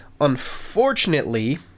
Unfortunately